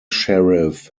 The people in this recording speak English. sheriff